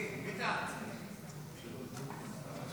הסתייגות 28 לא נתקבלה.